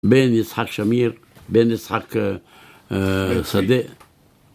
בין יצחק שמיר, בין יצחק שדה